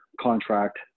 contract